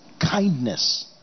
kindness